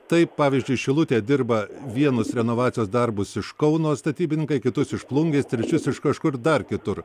tai pavyzdžiui šilutėje dirba vienus renovacijos darbus iš kauno statybininkai kitus iš plungės trečius iš kažkur dar kitur